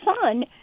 son